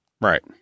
Right